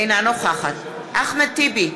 אינה נוכחת אחמד טיבי,